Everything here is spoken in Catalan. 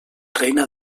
reina